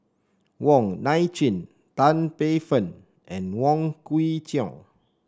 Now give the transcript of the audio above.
Wong Nai Chin Tan Paey Fern and Wong Kwei Cheong